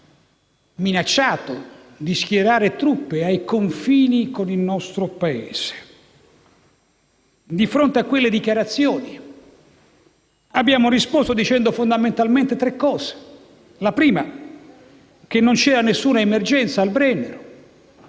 minacciato di schierare truppe ai confini con il nostro Paese. Di fronte a quelle dichiarazioni abbiamo risposto dicendo fondamentalmente tre cose. La prima è che non c'era alcuna emergenza al Brennero.